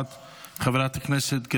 חברת הכנסת יסמין פרידמן,